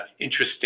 interesting